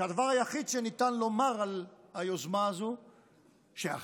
כשהדבר היחיד שניתן לומר על היוזמה הזו הוא שאכן,